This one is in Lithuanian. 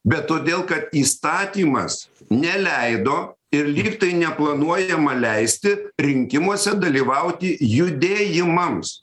bet todėl kad įstatymas neleido ir lyg tai neplanuojama leisti rinkimuose dalyvauti judėjimams